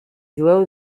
jueu